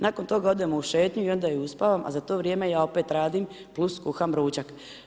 Nakon toga odemo u šetnju, i onda ju uspavam, a za to vrijeme ja opet radim plus kuham ručak.